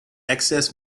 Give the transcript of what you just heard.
excess